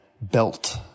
belt